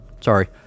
Sorry